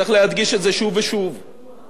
צריך להדגיש את זה שוב ושוב: ושוב.